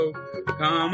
Come